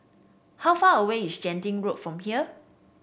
how far away is Genting Road from here